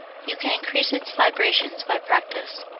you can increase its vibrations by practise.